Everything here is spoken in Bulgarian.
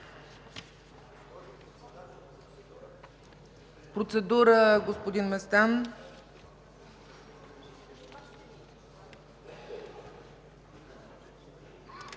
Процедура – господин Местан.